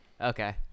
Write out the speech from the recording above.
Okay